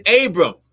Abram